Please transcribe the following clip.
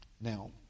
Now